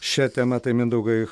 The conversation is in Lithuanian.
šia tema tai mindaugai